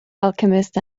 alchemist